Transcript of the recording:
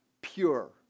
pure